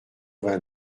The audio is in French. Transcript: vingt